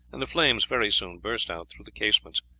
and the flames very soon burst out through the casements.